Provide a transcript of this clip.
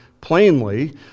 plainly